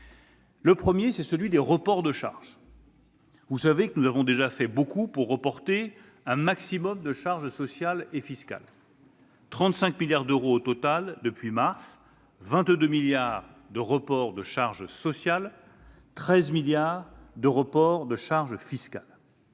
Le premier est celui des reports de charges. Vous le savez, nous avons déjà fait beaucoup pour reporter un maximum de charges sociales et fiscales : 35 milliards d'euros au total depuis mars dernier, dont 22 milliards d'euros de reports de charges sociales et 13 milliards d'euros de reports de charges fiscales.